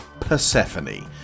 Persephone